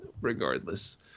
regardless